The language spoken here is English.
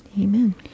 amen